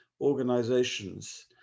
organizations